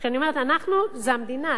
"אנחנו" זה המדינה,